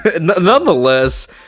Nonetheless